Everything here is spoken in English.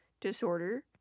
disorder